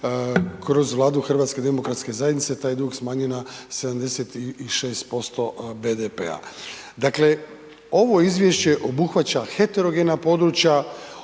kroz Vladu Hrvatske demokratske zajednice taj dug smanjio na 76% BDP-a. Dakle, ovo Izvješće obuhvaća heterogena područja,